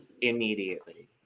immediately